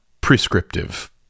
prescriptive